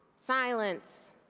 silence,